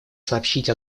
сообщить